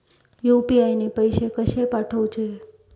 UPI ने पैशे कशे पाठवूचे?